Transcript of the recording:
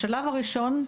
השלב הראשון,